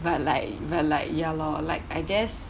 but like but like ya loh like I just